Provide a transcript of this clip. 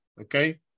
Okay